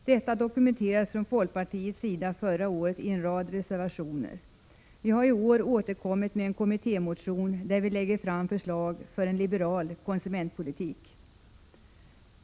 Detta dokumenterades från folkpartiets sida förra året i en rad reservationer. Vi har i år återkommit med en kommittémotion, där vi lägger fram förslag om en liberal konsumentpolitik.